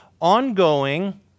ongoing